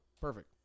perfect